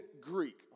Greek